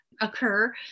occur